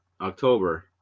October